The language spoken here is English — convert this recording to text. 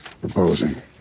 proposing